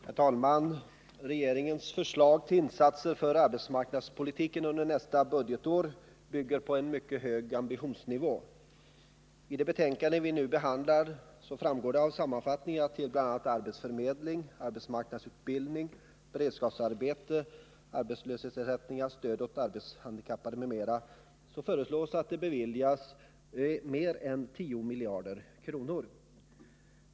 Herr talman! Regeringens förslag till insatser för arbetsmarknadspolitiken under nästa budgetår bygger på mycket hög ambitionsnivå. Det framgår av sammanfattningen i det betänkande vi nu behandlar att det till arbetsförmedling, arbetsmarknadsutbildning, beredskapsarbeten, arbetslöshetsersättningar, stöd åt arbetshandikappade m.m. föreslås ett anslag på över 10 miljarder kronor.